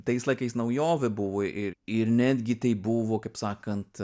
tais laikais naujovė buvo ir ir netgi tai buvo kaip sakant